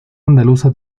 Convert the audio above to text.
andaluza